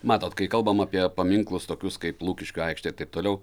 matot kai kalbam apie paminklus tokius kaip lukiškių aikštėj taip toliau